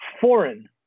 foreign